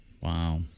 Wow